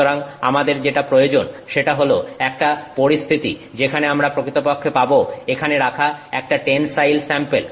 সুতরাং আমাদের যেটা প্রয়োজন সেটা হলো একটা পরিস্থিতি যেখানে আমরা প্রকৃতপক্ষে পাব এখানে রাখা একটা টেনসাইল স্যাম্পেল